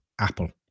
Apple